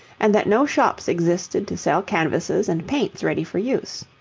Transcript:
and that no shops existed to sell canvases and paints ready for use.